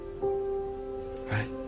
right